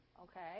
okay